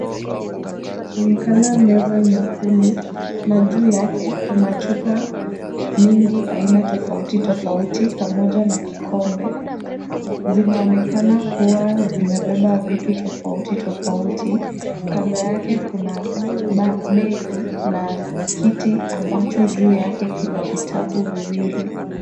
Panaonekana meza nyekundu, na juu yake kuna chupa mingi aina tofauti tofauti pamoja na kikombe. Zinaonekana kuwa zimebeba vitu tofauti tofauti. Kando yake kuna bag na kiti ambacho juu yake kina vitabu viwili.